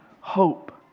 hope